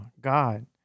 God